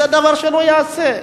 זה דבר שלא ייעשה.